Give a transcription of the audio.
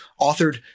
authored